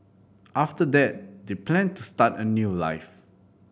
after that they planned to start a new life